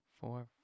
four